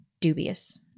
dubious